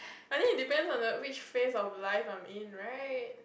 I think it depends on like which phase of life I'm in right